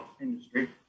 industry